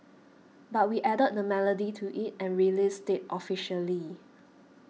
but we added the melody to it and released it officially